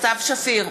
סתיו שפיר,